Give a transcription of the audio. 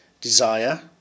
desire